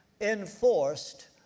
enforced